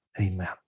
Amen